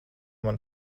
man